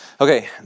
Okay